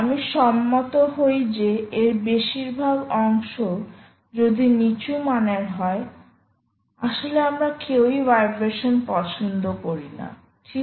আমি সম্মত হই যে এর বেশিরভাগ অংশ যদি নিচু মানের হয় আসলে আমরা কেউই ভাইব্রেশন পছন্দ করো না ঠিক